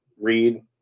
read